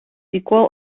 sequel